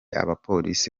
abapolisi